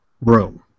room